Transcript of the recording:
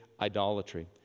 idolatry